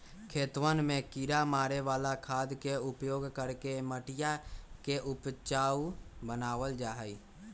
खेतवन में किड़ा मारे वाला खाद के उपयोग करके मटिया के उपजाऊ बनावल जाहई